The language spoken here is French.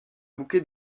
bouquet